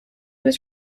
was